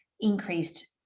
increased